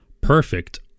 perfect